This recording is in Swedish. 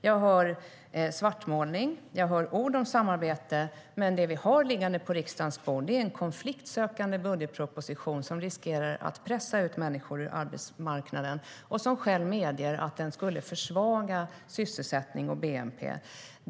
Jag hör svartmålning och ord om samarbete, men det vi har liggande på riksdagens bord är en konfliktsökande budgetproposition som riskerar att pressa ut människor från arbetsmarknaden. Regeringen medger själv att den skulle försvaga sysselsättning och bnp.